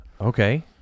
Okay